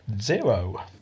Zero